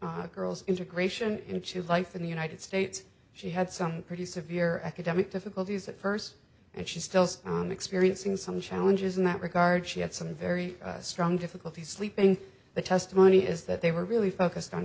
this girl's integration into life in the united states she had some pretty severe academic difficulties at first and she still is experiencing some challenges in that regard she had some very strong difficulties sleeping the testimony is that they were really focused on